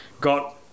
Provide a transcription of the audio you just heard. got